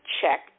check